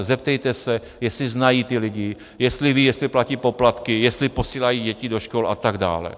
Zeptejte se, jestli znají ty lidi, jestli vědí, jestli platí poplatky, jestli posílají děti do škol a tak dále.